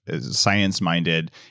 science-minded